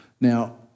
Now